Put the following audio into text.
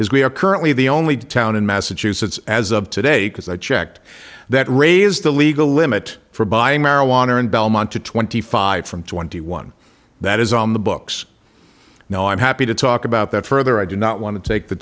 his we are currently the only town in massachusetts as of today because i checked that raised the legal limit for buying marijuana in belmont to twenty five from twenty one that is on the books now i'm happy to talk about that further i do not want to take the